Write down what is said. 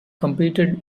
competed